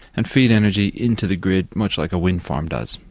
and feed energy into the grid much like a wind farm does,